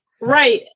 right